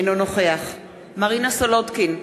אינו נוכח מרינה סולודקין,